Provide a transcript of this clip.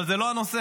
אבל זה לא הנושא.